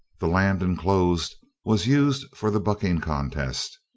the land enclosed was used for the bucking contest,